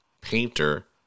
painter